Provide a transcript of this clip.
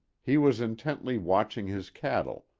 he was intently watching his cattle,